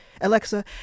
Alexa